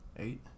Eight